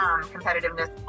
competitiveness